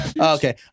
Okay